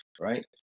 right